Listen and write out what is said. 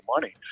money